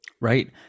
Right